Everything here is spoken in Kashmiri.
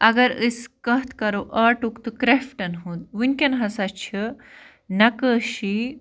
اَگر أسۍ کَتھ کَرَو آٹُک تہٕ کرٛافٹَن ہُنٛد وُنکٮ۪ن ہسا چھُ نقٲشی